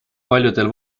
paljudel